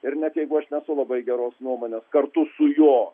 ir net jeigu aš nesu labai geros nuomonės kartu su juo